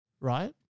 right